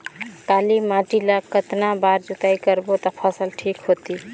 काली माटी ला कतना बार जुताई करबो ता फसल ठीक होती?